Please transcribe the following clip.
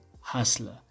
hustler